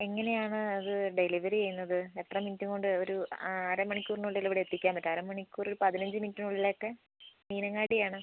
എങ്ങനെയാണ് അത് ഡെലിവെർ ചെയ്യുന്നത് എത്ര മിനിട്ടുകൊണ്ട് ഒരു അരമണിക്കൂറിനുള്ളിൽ ഇവിടെ എത്തിക്കാൻ പറ്റോ അരമണിക്കൂറിൽ ഒരു പതിനഞ്ച് മിനിറ്റിനുള്ളിലൊക്കെ മീനങ്ങാടി ആണ്